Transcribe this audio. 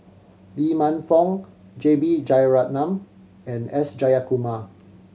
Lee Man Fong J B Jeyaretnam and S Jayakumar